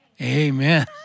amen